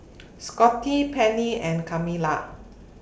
Scotty Pennie and Kamila